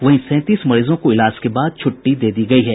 वहीं सैंतीस मरीजों को इलाज के बाद छूट्टी दे दी गयी है